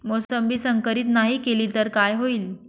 मोसंबी संकरित नाही केली तर काय होईल?